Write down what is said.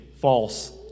false